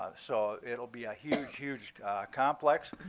um so it'll be a huge, huge complex.